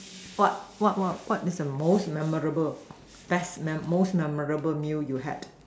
what what what is the most memorable best memorable most memorable meal you had